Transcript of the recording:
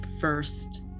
first